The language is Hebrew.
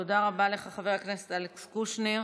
תודה רבה לך, חבר הכנסת אלכס קושניר.